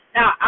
Now